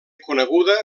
coneguda